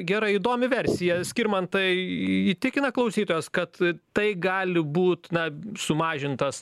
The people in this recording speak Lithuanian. gerai įdomi versija skirmantai įtikina klausytojas kad tai gali būt na sumažintas